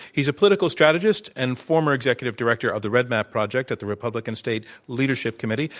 he's a political strategist and former executive director of the red map project at the republican state leadership committee.